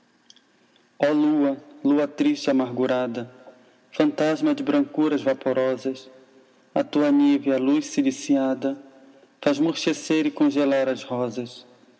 lua lua triste amargurada fantasma de brancuras vaporosas a tua nívea luz ciliciada faz murchecer e congelar as rosas